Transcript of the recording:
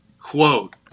quote